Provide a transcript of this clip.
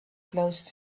close